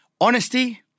honesty